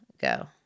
go